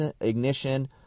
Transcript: ignition